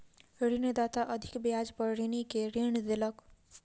ऋणदाता अधिक ब्याज पर ऋणी के ऋण देलक